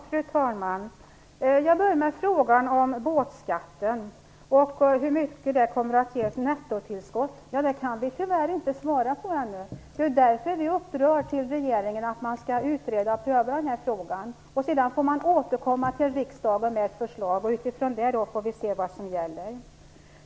Fru talman! Jag börjar med frågan om båtskatten och hur mycket den kommer att ge i nettotillskott. Vi kan tyvärr inte svara på den frågan ännu. Det är därför vi uppdrar till regeringen att utreda och pröva frågan för att sedan återkomma till riksdagen med ett förslag. Utifrån det får vi sedan se vad som gäller.